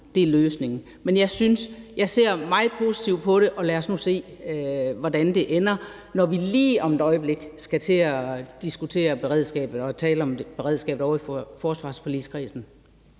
er løsningen. Men jeg ser meget positivt på det, og lad os nu se, hvor det ender, når vi lige om et øjeblik skal til at diskutere beredskabet og tale om beredskabet ovre i forsvarsforligskredsen.